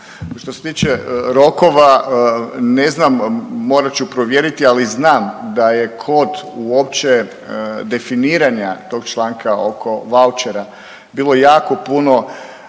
Što se tiče rokova, ne znam, morat ću provjeriti, ali znam da je kod uopće definiranja tog članka oko vaučera bilo jako puno